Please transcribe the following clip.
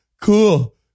Cool